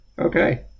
Okay